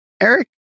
Eric